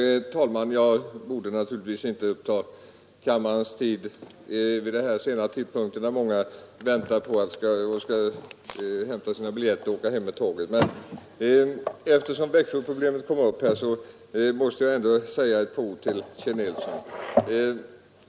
Herr talman! Jag borde naturligtvis inte uppta kammarens tid vid denna sena tidpunkt när många ledamöter väntar på att få hämta sina biljetter och fara hem med tåget. Men eftersom Växjöproblemet kom upp, måste jag ändå säga ett par ord till Kjell Nilsson.